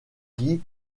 guy